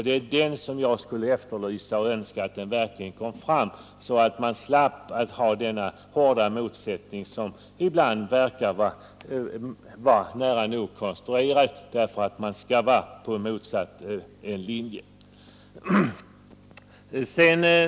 Det är den viljan jag efterlyser, och jag önskar att den verkligen kommer fram, så att vi slipper dessa hårda motsättningar som ibland verkar konstruerade nära nog bara för att man skall kunna slå in på en motsatt väg.